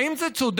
האם זה צודק,